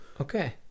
Okay